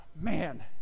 man